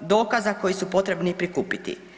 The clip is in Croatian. dokaza koji su potrebni prikupiti.